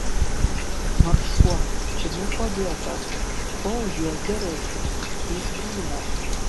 nors šuo čia niekuo dėtas šuo už juos geresnis jis grynas